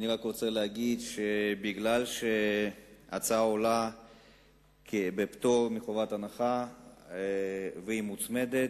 אני רוצה רק לומר שמכיוון שההצעה קיבלה פטור מחובת הנחה והיא מוצמדת,